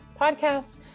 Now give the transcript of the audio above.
Podcast